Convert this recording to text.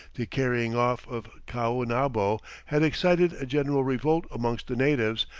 the carrying off of caonabo had excited a general revolt amongst the natives,